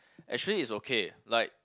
actually is okay like